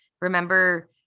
remember